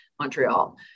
Montreal